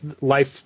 life